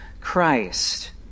Christ